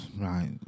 Right